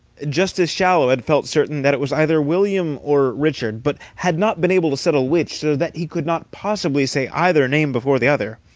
justice shallow had felt certain that it was either william or richard, but had not been able to settle which, so that he could not possibly say either name before the other,